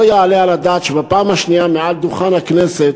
לא יעלה על הדעת שבפעם השנייה על דוכן הכנסת